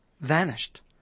vanished